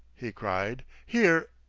he cried. here,